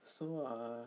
so uh